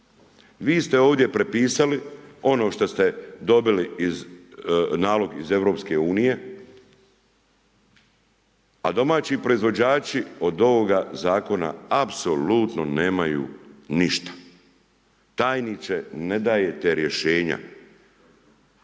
Vi ste ovdje prepisali ono šta ste dobili nalog iz EU, a domaći proizvođači od ovoga zakona apsolutno nemaju ništa. Tajniče ne dajete rješenja,